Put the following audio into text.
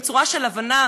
בצורה של הבנה,